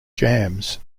jams